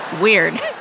Weird